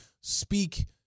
speak